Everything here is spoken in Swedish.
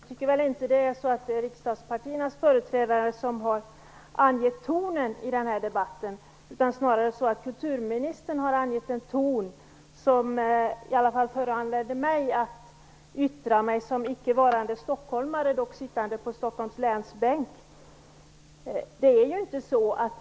Fru talman! Jag tycker nog inte att det är riksdagspartiernas företrädare som angett tonen i den här debatten. Snarare är det kulturministern som angett en ton som i alla fall föranlett mig som ickestockholmare, men som sittande på Stockholms läns bänk, att yttra mig.